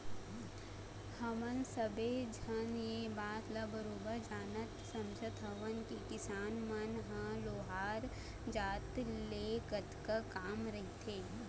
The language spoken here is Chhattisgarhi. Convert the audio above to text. हमन सब्बे झन ये बात ल बरोबर जानत समझत हवन के किसान मन ल लोहार जात ले कतका काम रहिथे